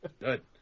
Good